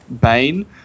Bane